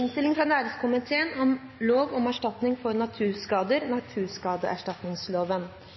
ønske fra næringskomiteen